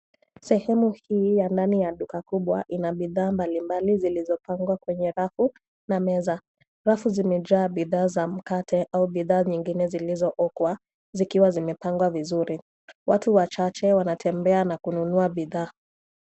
Sehemu hii ya ndani ya duka kubwa lina bidhaa mbalimbali zilizopangwa kwenye rafu na meza. Rafu zimejaa bidhaa za mkate au bidhaa nyingine zilizookwa, zikiwa zimepangwa vizuri. Watu wachache wanatembea na kunua bidhaa.